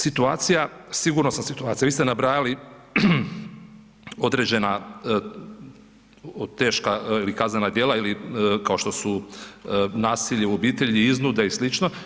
Situacija, sigurnosna situacija, vi ste nabrajali određena teška ili kaznena djela kao što su nasilje u obitelji i iznude i sl.